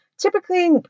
typically